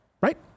Right